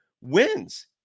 wins